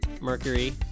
Mercury